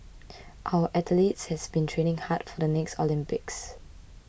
our athletes has been training hard for the next Olympics